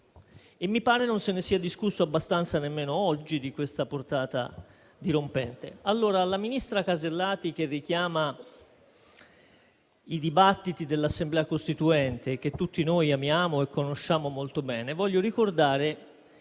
E mi pare non si sia discusso abbastanza nemmeno oggi di questa portata dirompente. Allora, alla ministra Casellati che richiama i dibattiti dell'Assemblea costituente, che tutti noi amiamo e conosciamo molto bene, voglio ricordare